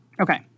Okay